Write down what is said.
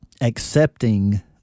accepting